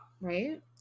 right